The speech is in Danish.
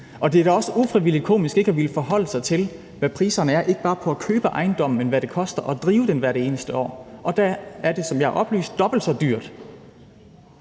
Det er da også ufrivilligt komisk ikke at ville forholde sig til, hvad det koster ikke bare at købe ejendomme, men at drive dem hvert eneste år. Der er det, som jeg er oplyst, dobbelt så dyrt